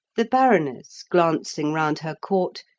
the baroness, glancing round her court,